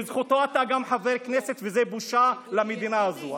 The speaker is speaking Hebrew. בזכותו אתה גם חבר כנסת, וזו בושה למדינה הזו.